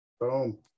boom